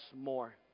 more